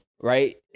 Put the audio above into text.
Right